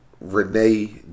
Renee